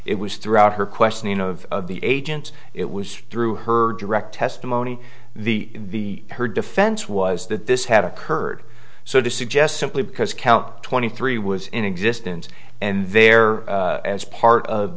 it was throughout her questioning of the agents it was through her direct testimony the her defense was that this had occurred so to suggest simply because count twenty three was in existence and there as part of